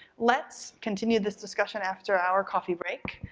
let's continue this discussion after our coffee break.